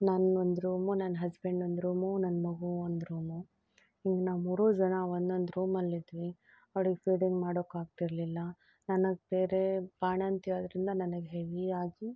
ನನ್ನೊಂದು ರೂಮು ನನ್ನ ಹಸ್ಬೆಂಡ್ ಒಂದು ರೂಮು ನನ್ನ ಮಗು ಒಂದು ರೂಮು ಹಿಂಗೆ ನಾವು ಮೂರೂ ಜನ ಒಂದೊಂದು ರೂಮಲ್ಲಿದ್ವಿ ಅವ್ರಿಗೆ ಫೀಡಿಂಗ್ ಮಾಡೋಕೆ ಆಗ್ತಿರಲಿಲ್ಲ ನನಗೆ ಬೇರೆ ಬಾಣಂತಿ ಅದರಿಂದ ನನಗೆ ಹೆವಿಯಾಗಿ